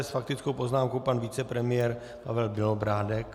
S faktickou poznámkou pan vicepremiér Pavel Bělobrádek.